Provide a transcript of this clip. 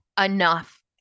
enough